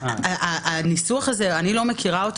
כוללת ניסוח שאני לא מכירה.